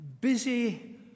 busy